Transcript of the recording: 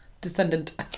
Descendant